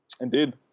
Indeed